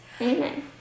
Amen